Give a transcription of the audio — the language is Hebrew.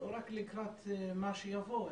לא רק לקראת מה שיבוא,